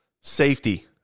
safety